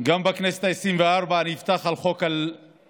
גם בכנסת העשרים-וארבע אני אפתח עם חוק קמיניץ